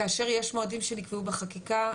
כאשר יש מועדים שנקבעו בחקיקה,